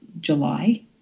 July